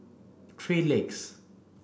three Legs